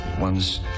one's